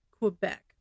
Quebec